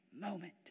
moment